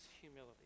humility